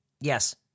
Yes